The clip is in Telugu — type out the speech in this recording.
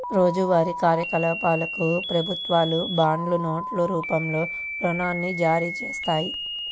రోజువారీ కార్యకలాపాలకు ప్రభుత్వాలు బాండ్లు, నోట్ రూపంలో రుణాన్ని జారీచేత్తాయి